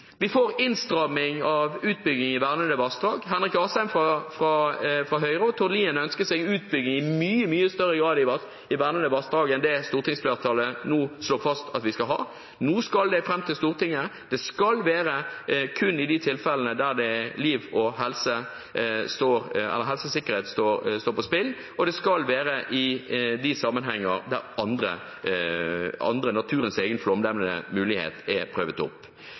Vi får en innstramming av utbygging i vernede vassdrag. Henrik Asheim fra Høyre og statsråd Tord Lien ønsker seg utbygging i vernede vassdrag i mye, mye større grad enn det stortingsflertallet nå slår fast at vi skal ha. Nå skal dette forelegges Stortinget og bare vurderes i de tilfeller der helse og sikkerhet står på spill, og i de sammenhengene der naturens egen flomdempende mulighet er brukt opp. Vi avviser å røre konsesjonskraftregimet slik som det er i dag, men det er spørsmål ved dette som fortsatt er